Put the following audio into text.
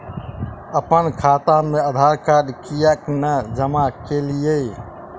अप्पन खाता मे आधारकार्ड कियाक नै जमा केलियै?